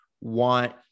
want